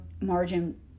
margin